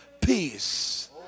peace